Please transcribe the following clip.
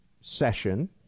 session